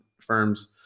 firms